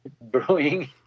brewing